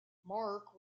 mark